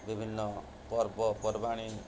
ବିଭିନ୍ନ ପର୍ବପର୍ବାଣି